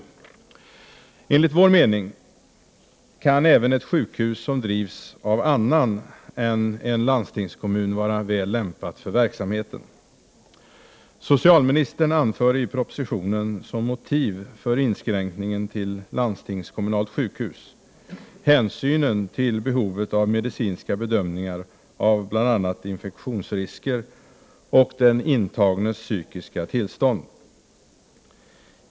Enligt vår mening kan även ett sjukhus som drivs av annan än en landstingskommun vara väl lämpat för verksamheten. Socialministern anför i propositionen som motiv för inskränkningen till landstingskommunalt sjukhus hänsynen till behovet av medicinska bedömningar av bl.a. infektionsrisker och den intagnes psykiska tillstånd.